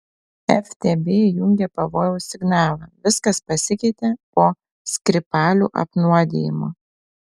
ftb įjungė pavojaus signalą viskas pasikeitė po skripalių apnuodijimo